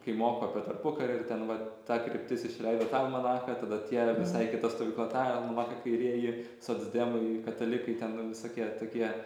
kai moko apie tarpukarį ir ten va ta kryptis išleido tą almanachą tada tie visai kita stovykla tą almachą kairieji socdemai katalikai ten va visokie tokie